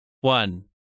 one